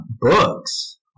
books